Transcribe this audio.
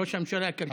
ראש הממשלה הכלכלי.